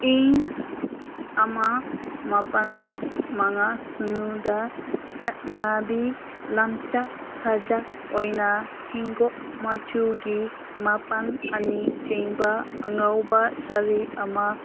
ꯏꯪ ꯑꯃ ꯃꯥꯄꯜ ꯃꯉꯥ ꯁꯤꯅꯣꯗ ꯆꯠꯅꯕꯤ ꯂꯝꯆꯠ ꯁꯥꯖꯠ ꯑꯣꯏꯅ ꯍꯤꯒꯣꯛ ꯃꯆꯨꯒꯤ ꯃꯄꯥꯟ ꯑꯅꯤ ꯆꯦꯟꯕ ꯑꯉꯧꯕ ꯁꯥꯔꯤ ꯑꯃ